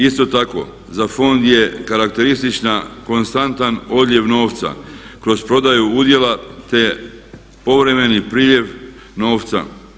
Isto tako, za Fond je karakterističan konstantan odljev novca kroz prodaju udjela, te povremeni priljev novca.